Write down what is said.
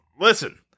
Listen